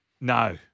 No